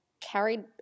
carried